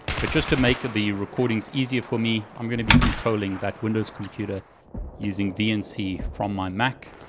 but just to make the recordings easier for me, i'm going to be controlling that windows computer using vnc from my mac,